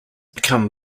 become